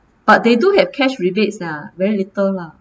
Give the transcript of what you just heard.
but they do have cash rebates lah very little lah